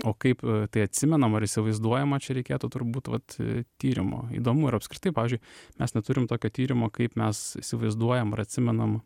o kaip tai atsimenama ar įsivaizduojama čia reikėtų turbūt vat tyrimo įdomu ar apskritai pavyzdžiui mes neturim tokio tyrimo kaip mes įsivaizduojam ir atsimenam